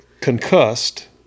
Concussed